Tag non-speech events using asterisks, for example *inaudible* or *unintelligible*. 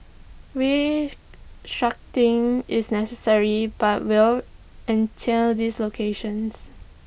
*unintelligible* is necessary but will entail dislocations